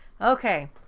Okay